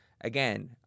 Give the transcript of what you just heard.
again